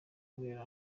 kubera